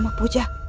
pooja